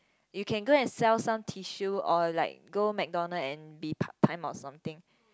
you can go and sell some tissue or like go McDonald and be part time or something